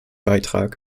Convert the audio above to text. beitrag